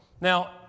Now